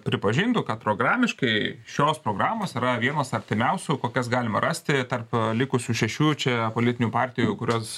pripažintų kad programiškai šios programos yra vienos artimiausių kokias galima rasti tarp likusių šešių čia politinių partijų kurios